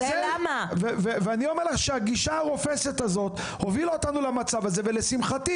ואני אומר שהגישה הרופסת הזאת הובילה אותנו למצב הזה ולשמחתי